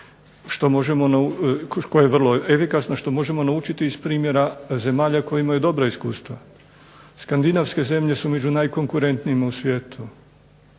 koje možemo naučiti iz primjera zemalja koje imaju dobra iskustva. Skandinavske zemlje su među najkonkurentnijima na svijetu,